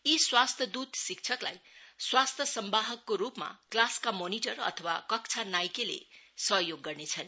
यी स्वास्थ्य दूत शिक्षकलाई स्वास्थ्य संवाहकको रूपमा क्लासका मोनिटर अथवा कक्षा नइकेले सहयोग गर्नेछन्